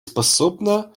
способна